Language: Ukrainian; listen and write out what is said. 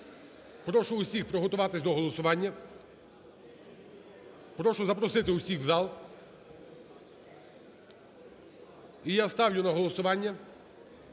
прошу всіх приготуватися до голосування, прошу запросити всіх в зал. І я ставлю на голосування